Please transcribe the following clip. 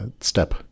step